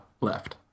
left